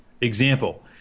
Example